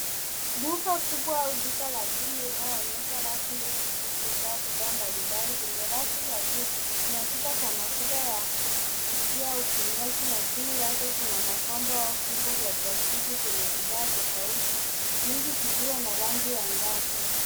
Duka kubwa au duka la jumla inayoonyesha rafu ndefu zilizojaa bidhaa mbali mbali kwenye rafu za juu. Kuna chupa za mafuta ya kupikia au vinywaji na chini yake kuna makombo au vyombo vya plastiki vyenye bidhaa tofauti, nyingi zikiwa na rangi angavu.